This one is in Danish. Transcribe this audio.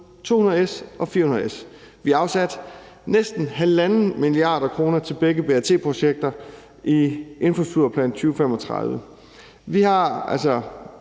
200 S og 400 S. Vi har afsat næsten 1,5 mia. kr. til begge BRT-projekter i Infrastrukturplan 2035. Vi har altså